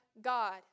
God